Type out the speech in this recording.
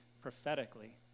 prophetically